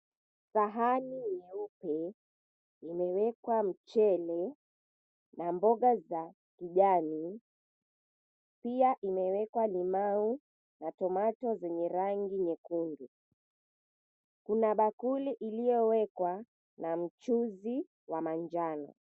Sahani nyeupe imewekwa mchele na mboga za kijani pia zimewekwa limau na tomato zenye rangi nyekundu. Kuna bakuli iliowekwa mchuzi wa manjano.